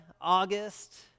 August